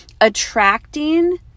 attracting